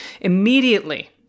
Immediately